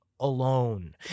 alone